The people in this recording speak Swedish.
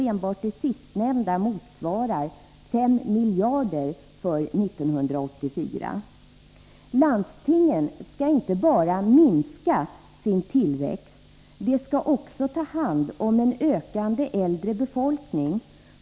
Enbart det sistnämnda motsvarar 5 miljarder för 1984. Landstingen skall inte bara minska sin tillväxt, de skall också ta hand om en ökande äldre befolkning.